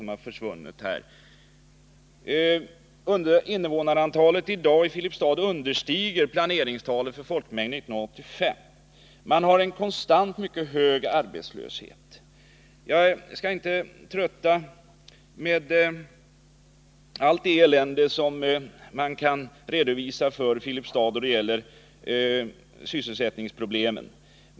I dag understiger invånarantalet i Filipstad planeringstalet för folkmängden 1985. Man har en konstant mycket hög arbetslöshet. Jag skallinte trötta med att redovisa allt det elände som man kan räkna upp för Filipstads del då det gäller sysselsättningsproblemen.